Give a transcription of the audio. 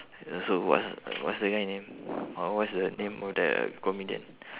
ya so what's what's the guy name or what's the name of the comedian